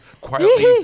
quietly